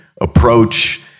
approach